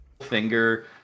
finger